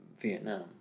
Vietnam